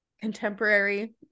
contemporary